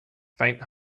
faint